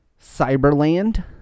Cyberland